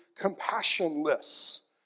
compassionless